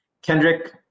Kendrick